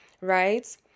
right